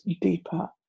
deeper